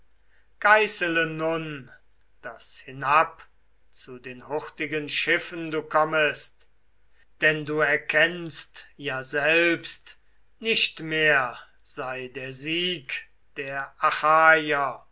zu den hurtigen schiffen du kommest denn du erkennst ja selbst nicht mehr sei der sieg der